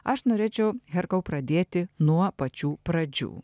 aš norėčiau herkau pradėti nuo pačių pradžių